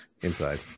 inside